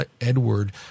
Edward